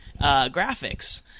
graphics